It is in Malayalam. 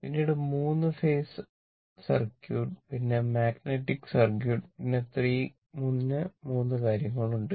പിന്നീട 3 ഫേസ് സർക്യൂട്ട് പിന്നെ മാഗ്നറ്റിക് സർക്യൂട്ട് പിന്നെ 3 കാര്യങ്ങൾ ഉണ്ട്